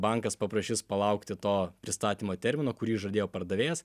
bankas paprašis palaukti to pristatymo termino kurį žadėjo pardavėjas